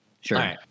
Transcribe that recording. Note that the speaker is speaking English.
Sure